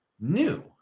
new